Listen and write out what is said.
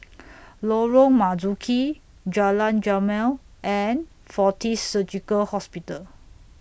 Lorong Marzuki Jalan Jamal and Fortis Surgical Hospital